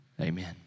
Amen